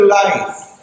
life